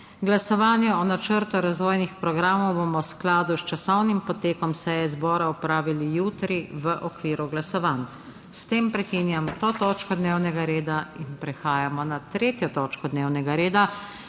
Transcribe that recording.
Glasovanje o Načrtu razvojnih programov bomo v skladu s časovnim potekom seje zbora opravili jutri v okviru glasovanj. S tem prekinjam to točko dnevnega reda. Prehajamo na **3. TOČKO DNEVNEGA REDA